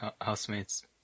housemates